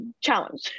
challenge